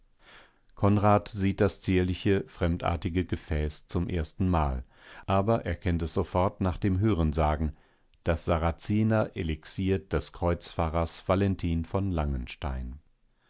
konrad sieht das zierliche fremdartige gefäß zum ersten mal aber erkennt es sofort nach dem hörensagen das sarazener elixir des kreuzfahrers valentin von langenstein